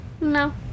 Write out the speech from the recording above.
No